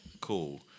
Cool